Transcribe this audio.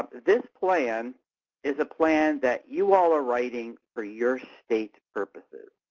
this plan is a plan that you all are writing for your state purposes.